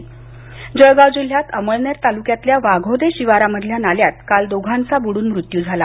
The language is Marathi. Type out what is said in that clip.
बुडून मृत्यू जळगाव जिल्ह्यात अमळनेर तालुक्यातल्या वाघोदे शिवारामधल्या नाल्यात काल दोघांचा बुडून मृत्यू झाला